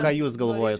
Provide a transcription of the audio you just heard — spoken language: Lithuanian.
ką jūs galvojat